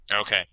Okay